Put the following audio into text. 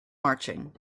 marching